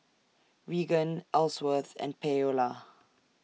Reagan Elsworth and Paola